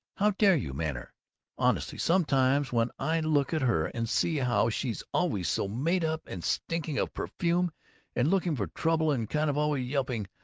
how dare you manner honestly, sometimes when i look at her and see how she's always so made up and stinking of perfume and looking for trouble and kind of always yelping,